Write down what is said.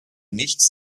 nichts